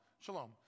Shalom